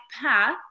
path